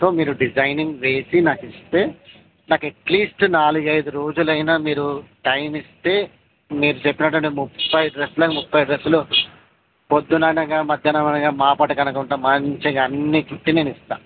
so మీరు designing వేసి నాకు ఇస్తే నాకు ఎట్లీస్ట్ నాలుగు ఐదు రోజులు అయినా మీరు టైం ఇస్తే మీరు చెప్పిన అటువంటి ముప్పై డ్రస్లకు ముప్పై డ్రస్లు ప్రొద్దున అనగా మధ్యాహ్నం మాపటికి అనకుంటూ మంచిగా అన్ని కుట్టి నేను ఇస్తాను